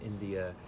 India